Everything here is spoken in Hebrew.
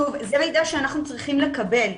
שוב, זה מידע שאנחנו צריכים לקבל.